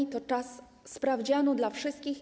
Był to czas sprawdzianu dla wszystkich.